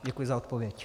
Děkuji za odpověď.